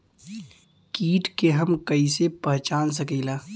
कीट के हम कईसे पहचान सकीला